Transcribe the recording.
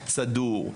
סדור,